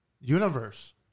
universe